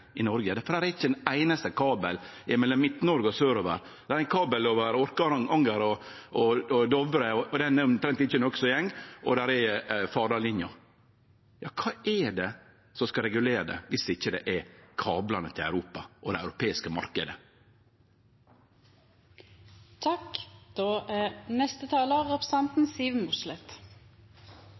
i Noreg? Det er ikkje ein einaste kabel mellom Midt-Noreg og sørover. Det er ein kabel over Orkanger og Dovre, og i den er det omtrent ikkje noko som går, og det er Fardallinja. Kva er det som skal regulere det viss det ikkje er kablane til Europa og den europeiske